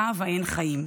קו האין-חיים,